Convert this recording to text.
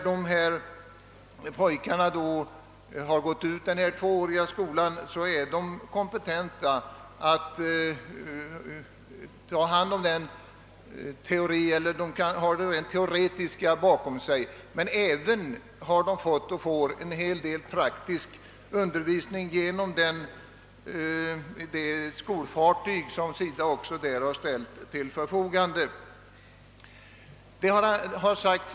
När pojkarna gått ut den tvååriga skolan, har de det rent teoretiska bakom sig, men de har även fått en del praktisk undervisning genom det skolfartyg som SIDA har ställt till förfogande.